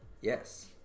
Yes